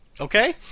Okay